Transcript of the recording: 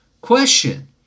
question